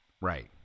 Right